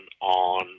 on